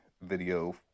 video